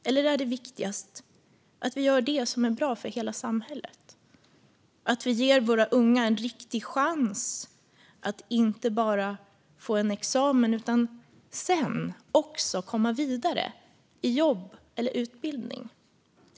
Eller är det viktigast att vi gör det som är bra för hela samhället - att vi ger våra unga en riktig chans att inte bara få en examen utan också komma vidare i jobb eller utbildning?